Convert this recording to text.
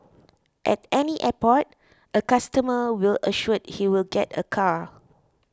at any airport a customer will assured he will get a car